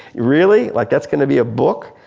really? like that's gonna be a book?